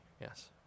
yes